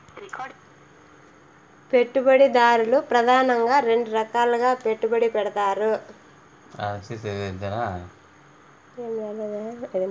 పెట్టుబడిదారులు ప్రెదానంగా రెండు రకాలుగా పెట్టుబడి పెడతారు